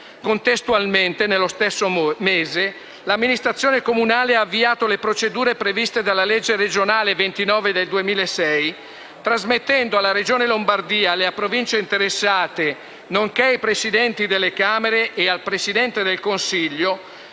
Contestualmente, nello stesso mese, l'amministrazione comunale ha avviato le procedure previste dalla legge regionale n. 29 del 2006 trasmettendo alla Regione Lombardia e alle Province interessate, nonché ai Presidenti delle Camere e al Presidente del Consiglio,